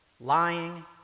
lying